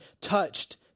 touched